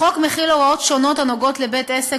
החוק מביא הוראות שונות הנוגעות לבית-עסק,